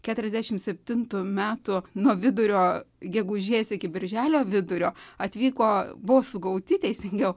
keturiasdešimt septintų metų nuo vidurio gegužės iki birželio vidurio atvyko buvo sugauti teisingiau